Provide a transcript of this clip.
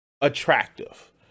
attractive